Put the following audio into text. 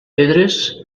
pedres